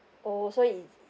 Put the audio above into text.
oh so it